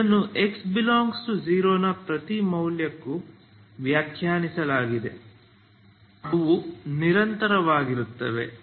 ಇದನ್ನು x∈R ನ ಪ್ರತಿ ಮೌಲ್ಯಕ್ಕೆ ವ್ಯಾಖ್ಯಾನಿಸಲಾಗಿದೆ ಅವು ನಿರಂತರವಾಗಿರುತ್ತವೆ